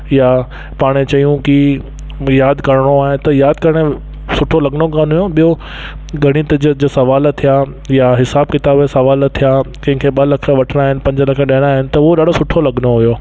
यां पाण चयूं की यादि करिणो आहे त यादि करण सुठो लॻंदो कोन हुओ ॿियो ॻणित जो जो सुवाल थिया या हिसाब किताब या सुवाल थिया कंहिंखे ॿ लख वठिणा आहिनि पंज लख ॾियणा आहिनि त उहो ॾाढो सुठो लॻंदो हुओ